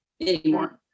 anymore